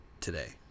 today